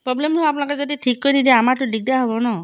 প্ৰব্লেমসমূহ আপোনালোকে যদি ঠিক কৰি নিদিয়ে আমাৰতো দিগদাৰ হ'ব ন